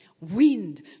Wind